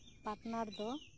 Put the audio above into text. partner ᱫᱚ